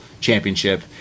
Championship